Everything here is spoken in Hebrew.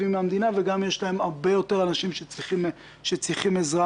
תקציב ועוד.